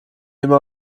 immer